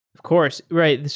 of course, right.